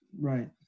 Right